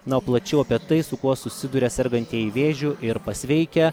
na o plačiau apie tai su kuo susiduria sergantieji vėžiu ir pasveikę